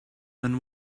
then